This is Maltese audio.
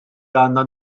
għandna